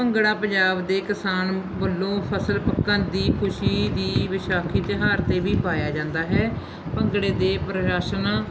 ਭੰਗੜਾ ਪੰਜਾਬ ਦੇ ਕਿਸਾਨ ਵੱਲੋਂ ਫਸਲ ਪੱਕਣ ਦੀ ਖੁਸ਼ੀ ਦੀ ਵਿਸਾਖੀ ਤਿਉਹਾਰ 'ਤੇ ਵੀ ਪਾਇਆ ਜਾਂਦਾ ਹੈ ਭੰਗੜੇ ਦੇ ਪ੍ਰਦਰਸ਼ਨ